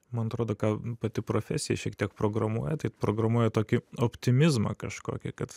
man atrodo ką pati profesija šiek tiek programuoja tai programuoja tokį optimizmą kažkokį kad